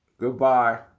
Goodbye